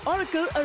Oracle